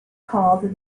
called